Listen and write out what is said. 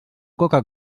coca